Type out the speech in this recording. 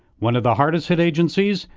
one of the hardest hit agencies,